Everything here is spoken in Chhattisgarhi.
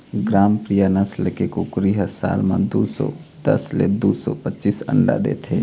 ग्रामप्रिया नसल के कुकरी ह साल म दू सौ दस ले दू सौ पचीस अंडा देथे